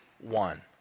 one